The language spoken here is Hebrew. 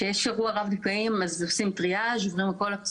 כשיש אירוע רב נפגעים אז עושים טריאז בודקים